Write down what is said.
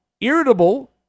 irritable